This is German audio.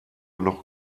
noch